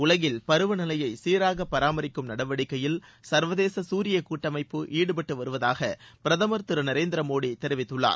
உலகில் பருவ நிலையை சீராக பராமரிக்கும் நடவடிக்கையில் சா்வதேச சூரிய கூட்டமைப்பு ாடுபட்டு வருவதாக பிரதமர் திரு நரேந்திர மோடி தெரிவித்துள்ளார்